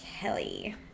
Kelly